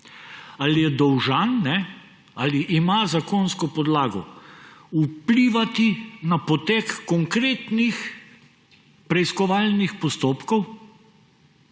ali je dolžan, ali ima zakonsko podlago vplivati na potek konkretnih preiskovalnih postopkov?